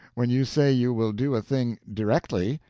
when you say you will do a thing directly,